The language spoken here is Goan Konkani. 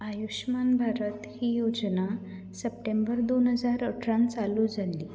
आयुश्मान भारत ही योजना सप्टेंबर दोन हजार अठरांत चालू जाल्ली